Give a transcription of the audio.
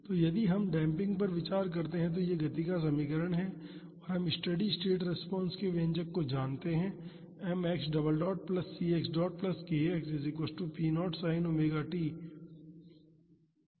तो यदि हम डेम्पिंग पर विचार करते हैं तो यह गति का समीकरण है और हम स्टेडी स्टेट रिस्पांस के व्यंजक को जानते हैं